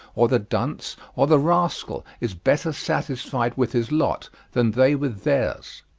or the dunce, or the rascal is better satisfied with his lot than they with theirs.